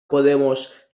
podemos